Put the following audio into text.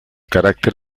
carácter